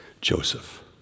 Joseph